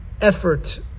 effort